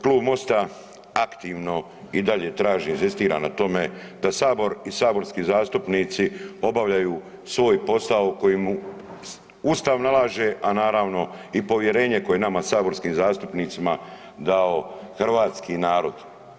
Klub MOST-a aktivno i dalje traži, inzistira na tome da Sabor i saborski zastupnici obavljaju svoj posao koji mu Ustav nalaže, a naravno i povjerenje koje je nama saborskim zastupnicima dao hrvatski narod.